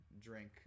drink